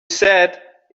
set